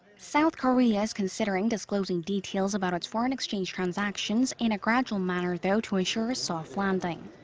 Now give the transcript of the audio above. south korea is considering disclosing details about its foreign exchange transactions in a gradual manner, though, to ensure a soft landing.